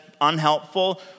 unhelpful